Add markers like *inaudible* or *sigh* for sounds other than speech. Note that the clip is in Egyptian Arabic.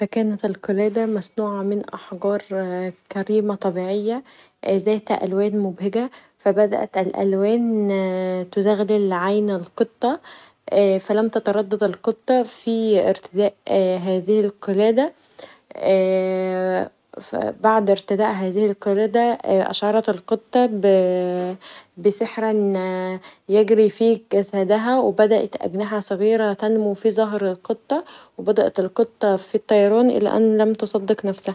فكانت القلاده مصنوعه من احجار كريمه طبيعيه ذات الوان مبهجه فبدات الالوان تزغلل عين القطه فلم تتردد هذه القطه في ارتداء هذه القلاده *hesitation* بعد ارتداء هذه القلاده أشعرت القطه بسحر يجري في جسدها و بدات أجنحه صغيره تنمو في ظهر هذه القطه و بدات القطه في الطيران كانها لم تصدق نفسها.